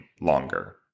longer